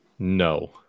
No